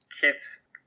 kids